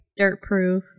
dirtproof